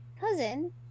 Cousin